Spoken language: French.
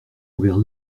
envers